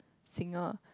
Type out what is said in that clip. single